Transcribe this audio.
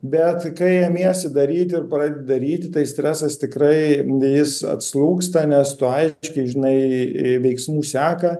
bet kai ėmiesi daryti ir pradedi daryti tai stresas tikrai jis atslūgsta nes tu aiškiai žinai veiksmų seką